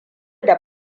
da